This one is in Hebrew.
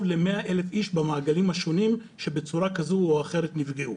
ל-100,000 איש במעגלים השונים שבצורה כזו או אחרת נפגעו.